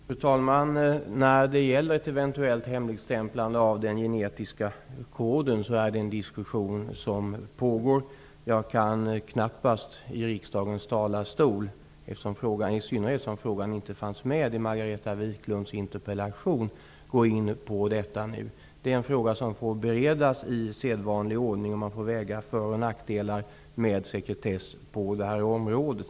Fru talman! När det gäller ett eventuellt hemligstämplande av den genetiska koden pågår en diskussion. Jag kan knappast här i riksdagens talarstol, i synnerhet som frågan inte fanns med i Margareta Viklunds interpellation, gå in på detta nu. Det är en fråga som får beredas i sedvanlig ordning. Man får väga för och nackdelar med sekretess på detta område.